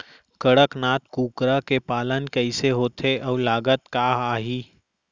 कड़कनाथ कुकरा के पालन कइसे होथे अऊ लागत का आही?